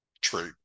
trade